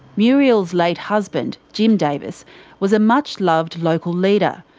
muriel's late husband jim davis was a much loved local leader,